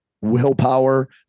willpower